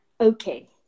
okay